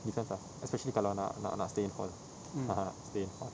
depends ah especially kalau nak nak nak stay in hall (uh huh) stay in hall